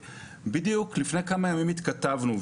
ובדיוק לפני כמה ימים התכתבנו.